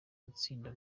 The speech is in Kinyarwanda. gutsinda